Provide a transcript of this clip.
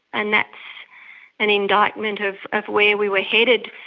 and that's an indictment of where we were headed.